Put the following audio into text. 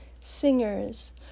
singers